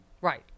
right